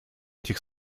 этих